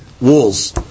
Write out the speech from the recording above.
walls